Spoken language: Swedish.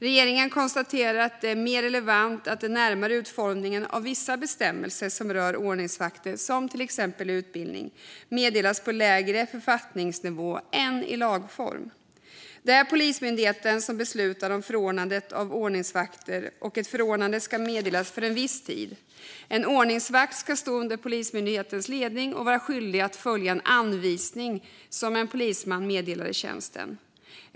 Regeringen konstaterar att det är mer relevant att den närmare utformningen av vissa bestämmelser som rör ordningsvakter, till exempel utbildning, meddelas på lägre författningsnivå än i lagform. Det är Polismyndigheten som beslutar om förordnande av ordningsvakter, och ett förordnande ska meddelas för en viss tid. En ordningsvakt ska stå under Polismyndighetens ledning och vara skyldig att följa en anvisning som en polisman meddelar i tjänsten.